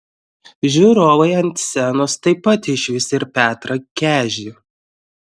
žiūrovai ant scenos taip pat išvys ir petrą kežį